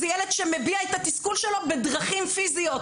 זה ילד שמביע את התסכול שלו בדרכים פיזיות.